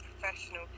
professional